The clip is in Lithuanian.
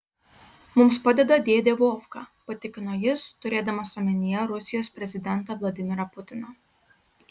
mums padeda dėdė vovka patikino jis turėdamas omenyje rusijos prezidentą vladimirą putiną